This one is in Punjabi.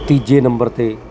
ਤੀਜੇ ਨੰਬਰ 'ਤੇ